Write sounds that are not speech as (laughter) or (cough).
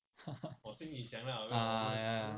(laughs) ah ya